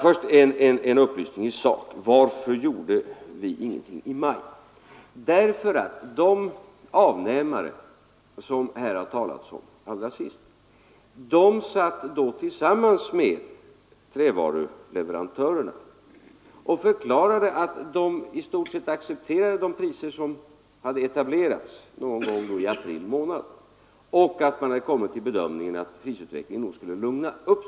Först en upplysning i sak. Vi gjorde ingenting i maj därför att de avnämare som det talades om nu sist då tillsammans med trävaruleverantörerna förklarade att de i stort sett accepterade de priser som hade etablerats någon gång i april månad och att man kommit fram till bedömningen att prisutvecklingen nog skulle lugna sig.